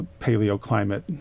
paleoclimate